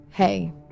Hey